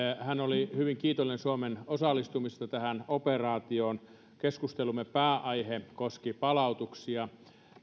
hän oli hyvin kiitollinen suomen osallistumisesta tähän operaatioon keskustelumme pääaihe koski palautuksia